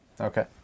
Okay